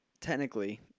technically